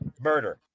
murder